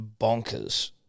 bonkers